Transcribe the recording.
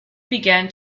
began